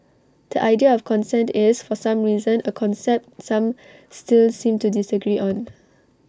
the idea of consent is for some reason A concept some still seem to disagree on